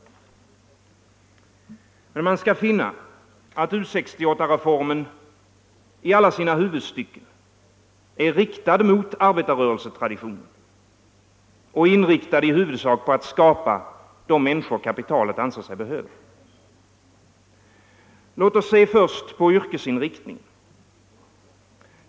Men man skall finna att U 68-reformen i alla sina huvudstycken är riktad mot arbetarrörelsetraditionen och i huvudsak syftar till att skapa de människor kapitalet anser sig behöva. Låt oss först se på yrkesinriktningen.